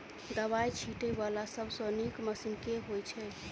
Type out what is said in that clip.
दवाई छीटै वला सबसँ नीक मशीन केँ होइ छै?